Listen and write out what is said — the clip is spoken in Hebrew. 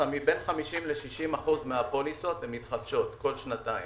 בין 50% ל-60% מהפוליסות מתחדשות כל שנתיים.